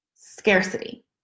scarcity